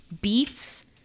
beets